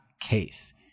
case